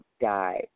died